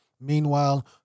Meanwhile